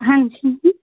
ਹਾਂਜੀ ਜੀ